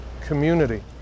community